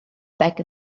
back